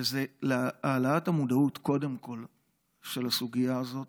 וזה העלאת המודעות לסוגיה הזאת,